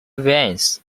wins